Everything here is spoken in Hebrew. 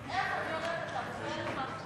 איך אני הולכת להפריע לך עכשיו,